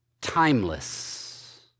timeless